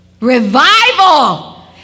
Revival